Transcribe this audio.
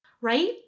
right